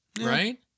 right